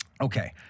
Okay